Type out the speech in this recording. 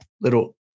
Little